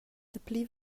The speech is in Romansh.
dapli